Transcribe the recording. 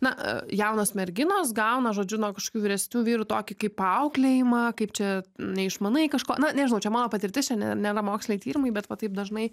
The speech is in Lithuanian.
na jaunos merginos gauna žodžiu nuo kažkokių vyresnių vyrų tokį kaip auklėjimą kaip čia neišmanai kažko na nežinau čia mano patirtis čia ne nėra moksliniai tyrimai bet va taip dažnai